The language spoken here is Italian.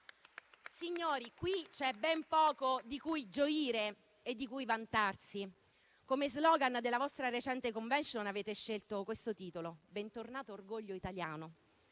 Signori, c'è ben poco di cui gioire e di cui vantarsi. Come *slogan* della vostra recente *convention* avete scelto il seguente titolo «Bentornato orgoglio italiano».